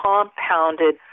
compounded